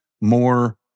more